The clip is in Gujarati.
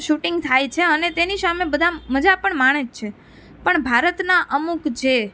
શૂટિંગ થાય છે અને તેની સામે બધા મજા પણ માણે છે પણ ભારતના અમુક જે